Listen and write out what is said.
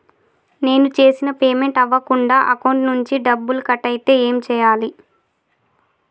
నేను చేసిన పేమెంట్ అవ్వకుండా అకౌంట్ నుంచి డబ్బులు కట్ అయితే ఏం చేయాలి?